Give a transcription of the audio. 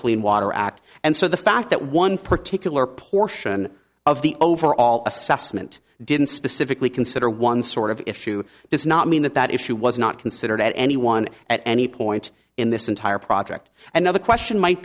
clean water act and so the fact that one particular portion of the overall assessment didn't specifically consider one sort of issue does not mean that that issue was not considered at anyone at any point in this entire project and now the question might